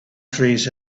trees